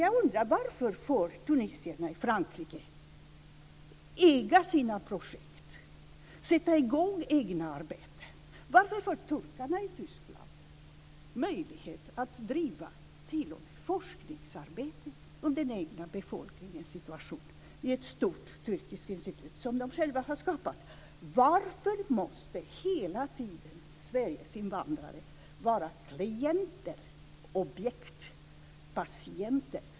Jag undrar: Varför får tunisierna i Frankrike äga sina projekt, sätta i gång egna arbeten? Varför får turkarna i Tyskland möjlighet att driva t.o.m. forskningsarbete om den egna befolkningens situation vid ett stort turkiskt institut som de själva har skapat? Varför måste hela tiden Sveriges invandrare vara klienter, objekt, patienter?